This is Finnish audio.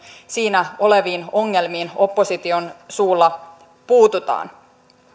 siinä oleviin ongelmiin opposition suulla puututaan